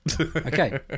okay